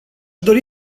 dori